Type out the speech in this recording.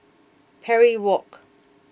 Parry Walk